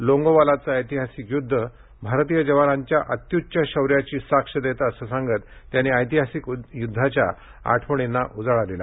लोंगेवालाचं ऐतिहासिक युद्ध भारतीय जवानांच्या अत्युच्च शौर्याची साक्ष देतं असं सांगत त्यांनी ऐतिहासिक युद्धाच्या आठवणींना उजाळा दिला